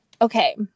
okay